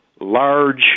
large